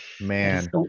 Man